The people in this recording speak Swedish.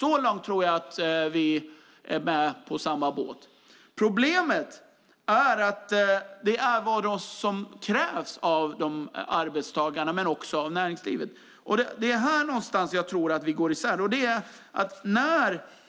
Så långt tror jag att vi är med på samma båt. Problemet är vad som krävs av arbetstagarna och också av näringslivet, och det är här någonstans jag tror att vi går isär. För att